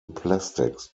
plastics